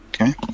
Okay